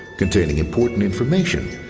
containing important information,